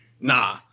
Nah